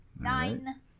Nine